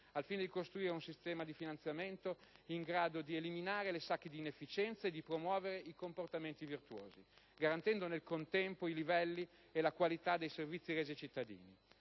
al fine di costruire un sistema di finanziamento in grado di eliminare le sacche di inefficienza e di promuovere i comportamenti virtuosi, garantendo nel contempo i livelli e la qualità dei servizi resi ai cittadini.